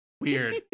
Weird